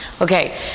Okay